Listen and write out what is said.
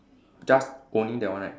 just only that one right